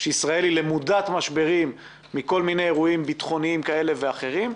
ישראל היא למודת משברים מכל מיני אירועים ביטחוניים כאלה ואחרים,